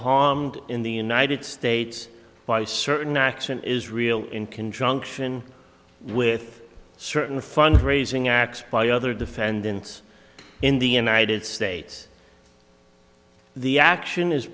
harmed in the united states by certain acts in israel in conjunction with certain fund raising acts by other defendants in the united states the action is